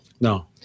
No